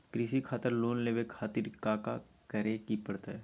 कृषि खातिर लोन लेवे खातिर काका करे की परतई?